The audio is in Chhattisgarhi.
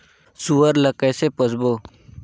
सुअर ला कइसे पोसबो?